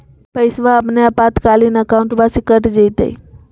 पैस्वा अपने आपातकालीन अकाउंटबा से कट जयते?